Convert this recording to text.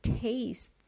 tastes